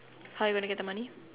how are you gonna get the money